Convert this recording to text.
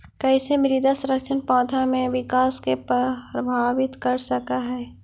कईसे मृदा संरचना पौधा में विकास के प्रभावित कर सक हई?